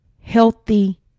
healthy